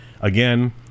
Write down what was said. again